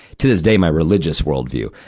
to this day my religious world view.